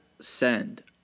send